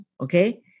okay